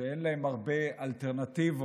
ואין להם הרבה אלטרנטיבות